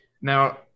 Now